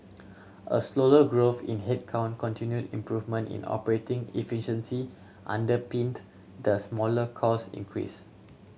a slower growth in headcount continued improvement in operating efficiency underpinned the smaller cost increase